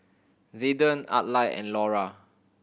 Zayden Adlai and Lura